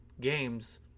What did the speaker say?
games